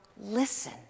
listen